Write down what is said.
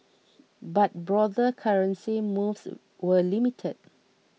but broader currency moves were limited